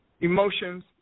emotions